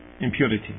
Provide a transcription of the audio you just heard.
impurity